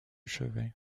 chevet